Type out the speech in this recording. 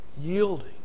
yielding